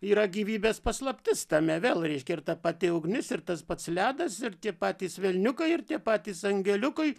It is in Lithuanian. yra gyvybės paslaptis tame vėl reiškia ir ta pati ugnis ir tas pats ledas ir tie patys velniukai ir tie patys angeliukai